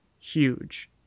huge